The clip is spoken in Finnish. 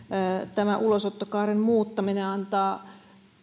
tämä ulosottokaaren muuttaminen antaa